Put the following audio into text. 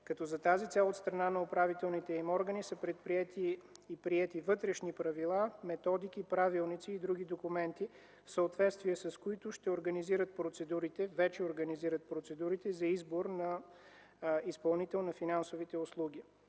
За тази цел от страна на управителните им органи са приети вътрешни правила, методики, правилници и други документи, в съответствие с които вече организират процедурите за избор на изпълнител на финансовите услуги.